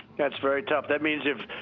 that's very tough. that means if,